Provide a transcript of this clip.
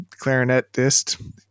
clarinetist